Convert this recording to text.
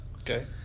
okay